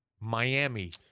Miami